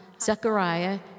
Zechariah